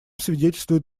свидетельствует